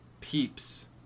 Peeps